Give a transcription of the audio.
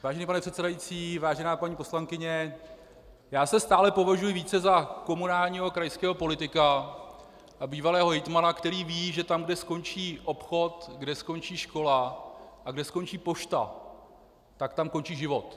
Vážený pane předsedající, vážená paní poslankyně, já se stále považuji více za komunálního krajského politika a bývalého hejtmana, který ví, že tam, kde skončí obchod, kde skončí škola a kde skončí pošta, tam končí život.